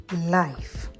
life